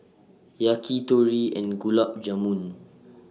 Yakitori and Gulab Jamun